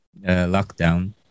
lockdown